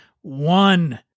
One